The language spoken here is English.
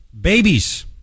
Babies